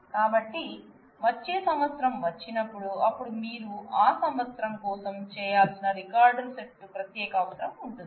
కాబట్టి వచ్చే సంవత్సరం వచ్చినప్పుడు అప్పుడు మీరు ఆ సంవత్సరం కోసం చేయాల్సిన రికార్డుల సెట్ ప్రత్యేక అవసరం ఉంటుంది